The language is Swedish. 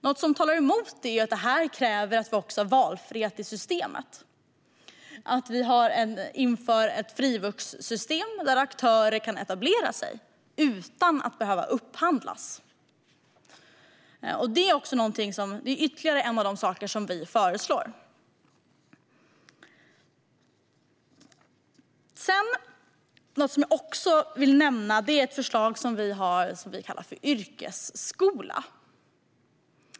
Något som talar emot det är att detta kräver att vi har valfrihet i systemet och att vi inför ett frivuxsystem där aktörer kan etablera sig utan att behöva upphandlas. Detta är ytterligare en av de saker som vi föreslår. Något som jag också vill nämna är ett förslag vi har som vi kallar för yrkesskola.